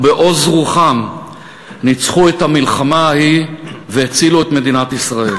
ובעוז רוחם ניצחו במלחמה ההיא והצילו את מדינת ישראל.